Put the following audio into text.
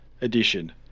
edition